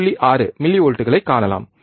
6 மில்லிவோல்ட்களைக் காணலாம்